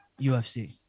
UFC